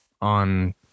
on